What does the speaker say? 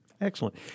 Excellent